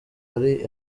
hari